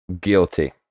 guilty